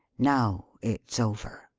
now, it's over!